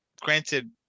Granted